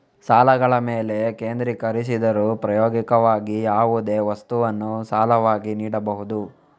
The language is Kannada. ಸಾಲಗಳ ಮೇಲೆ ಕೇಂದ್ರೀಕರಿಸಿದರೂ, ಪ್ರಾಯೋಗಿಕವಾಗಿ, ಯಾವುದೇ ವಸ್ತುವನ್ನು ಸಾಲವಾಗಿ ನೀಡಬಹುದು